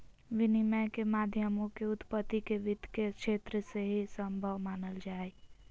विनिमय के माध्यमों के उत्पत्ति के वित्त के क्षेत्र से ही सम्भव मानल जा हइ